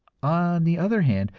on the other hand,